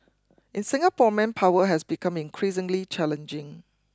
in Singapore manpower has become increasingly challenging